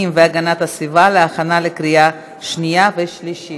והגנת הסביבה להכנה לקריאה שנייה ושלישית.